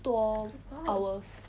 多 hours